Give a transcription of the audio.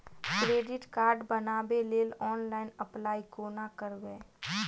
Credit card बनाबै लेल online apply कोना करबै?